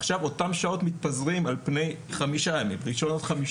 עכשיו אותן שעות מתפזרות על פני חמישה ימים: ראשון עד חמישי.